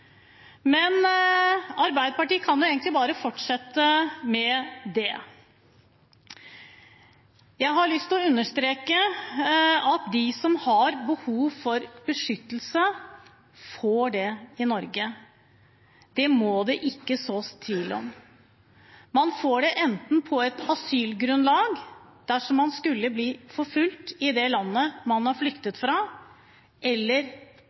Men Arbeiderpartiet kan jo egentlig bare fortsette med det. Jeg har lyst til å understreke at de som har behov for beskyttelse, får det i Norge. Det må det ikke sås tvil om. Man får det enten på et asylgrunnlag, dersom man skulle bli forfulgt i det landet man har flyktet fra, eller